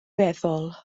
weddol